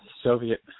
Soviet